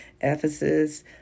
Ephesus